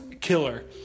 killer